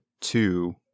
two